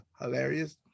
hilarious